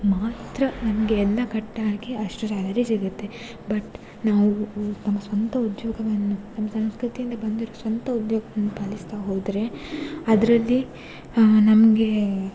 ಮಾತ್ರ ನಮಗೆ ಎಲ್ಲ ಕಟ್ಟಾಗಿ ಅಷ್ಟು ಸ್ಯಾಲರಿ ಸಿಗುತ್ತೆ ಬಟ್ ನಾವು ನಮ್ಮ ಸ್ವಂತ ಉದ್ಯೋಗವನ್ನು ನಮ್ಮ ಸಂಸ್ಕೃತಿಯಿಂದ ಬಂದ ಸ್ವಂತ ಉದ್ಯೋಗವನ್ನು ಪಾಲಿಸ್ತಾ ಹೋದರೆ ಅದರಲ್ಲಿ ನಮ್ಗೆ